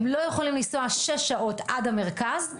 הם לא יכולים לנסוע שש שעות עד המרכז.